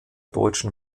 deutschen